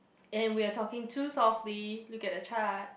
and we are talking too softly look at the chart